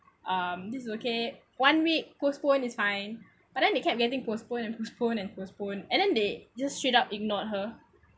um this is okay one week postponed is fine but then they kept getting postponed and postponed and postponed and then they just straight up ignored her